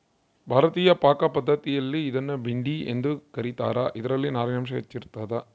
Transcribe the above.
ಭಾರತೀಯ ಪಾಕಪದ್ಧತಿಯಲ್ಲಿ ಇದನ್ನು ಭಿಂಡಿ ಎಂದು ಕ ರೀತಾರ ಇದರಲ್ಲಿ ನಾರಿನಾಂಶ ಹೆಚ್ಚಿರ್ತದ